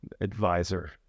advisor